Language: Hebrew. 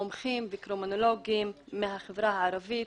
מומחים וקרימינולוגים מהחברה הערבית.